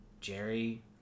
jerry